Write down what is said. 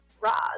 Roz